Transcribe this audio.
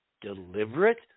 deliberate